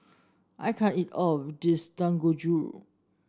I can't eat all of this Dangojiru